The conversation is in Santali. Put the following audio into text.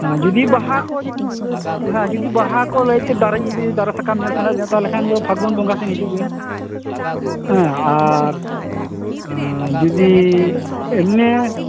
ᱦᱮᱸ ᱡᱩᱫᱤ ᱵᱟᱦᱟ ᱠᱚ ᱡᱩᱫᱤ ᱦᱮᱸ ᱡᱩᱫᱤ ᱵᱟᱦᱟ ᱠᱚ ᱞᱟᱹᱭ ᱛᱮ ᱫᱟᱨᱮ ᱤᱫᱤᱭ ᱫᱟᱨᱮ ᱥᱟᱠᱟᱢ ᱧᱮᱞ ᱥᱟᱱᱟᱭᱮᱫ ᱢᱮᱭᱟ ᱛᱟᱦᱚᱞᱮ ᱠᱷᱟᱱ ᱫᱚ ᱯᱷᱟᱹᱜᱩᱱ ᱵᱚᱸᱜᱟ ᱥᱮᱱ ᱦᱤᱡᱩᱜ ᱵᱤᱱ ᱟᱨ ᱡᱩᱫᱤ ᱮᱢᱱᱤ